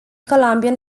columbian